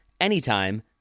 anytime